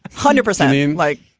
hundred percent in like.